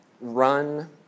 run